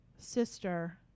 Sister